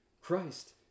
Christ